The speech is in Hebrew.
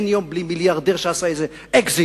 ואין יום בלי מיליארדר שעשה איזה אקזיט.